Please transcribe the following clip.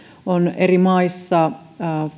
on eri maissa